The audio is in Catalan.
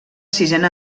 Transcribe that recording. sisena